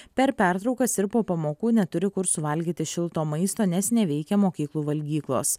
per pertraukas ir po pamokų neturi kur suvalgyti šilto maisto nes neveikia mokyklų valgyklos